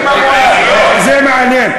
ומספיק עם, זה מעניין.